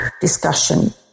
discussion